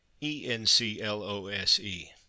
E-N-C-L-O-S-E